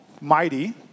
mighty